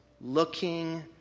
looking